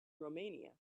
romania